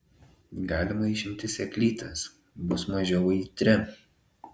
galima išimti sėklytes bus mažiau aitri